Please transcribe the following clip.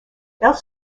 elle